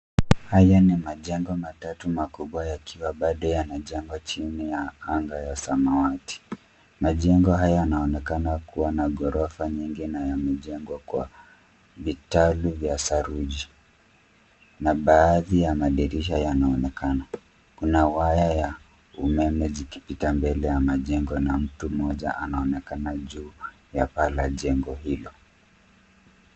Haya ni majengo matatu makubwa yakiwa bado yanajengwa chini ya anga ya samawati. Majengo haya yanaonekana kuwa na ghorofa nyingi na yamejengwa kwa vitalu vya saruji na baadhi ya madirisha yanaonekana. Kuna waya ya umeme zikipita mbele ya majengo na mtu mmoja anaonekana juu ya paa la jengo hilo.